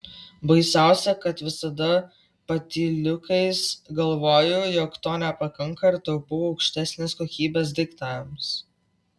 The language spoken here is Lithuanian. baisiausia kad visada patyliukais galvoju jog to nepakanka ir taupau aukštesnės kokybės daiktams